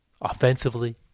offensively